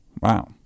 Wow